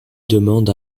demande